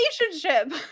relationship